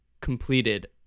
completed